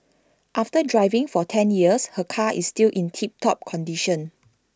after driving for ten years her car is still in tip top condition